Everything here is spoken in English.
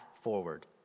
forward